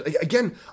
Again